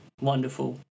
wonderful